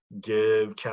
give